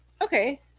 okay